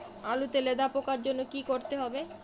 আলুতে লেদা পোকার জন্য কি করতে হবে?